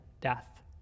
death